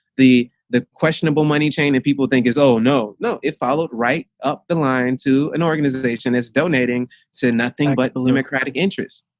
the the questionable money chain and people think is oh, no, no, it followed right up the line to an organization is donating to nothing but limit kradic interest.